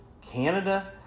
Canada